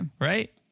Right